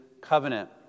covenant